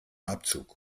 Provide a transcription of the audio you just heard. abzug